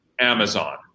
Amazon